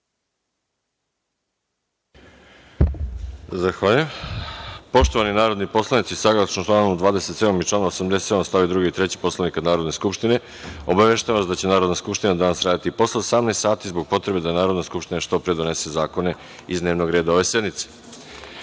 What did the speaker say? Zahvaljujem. Poštovani narodni poslanici, saglasno članu 27. i članu 87. stavovi 2. i 3. Poslovnika Narodne skupštine, obaveštavam vas da će Narodna skupština danas raditi i posle 18 časova, zbog potrebe da Narodna skupština što pre donese zakone iz dnevnog reda ove sednice. Na